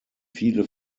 viele